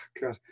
God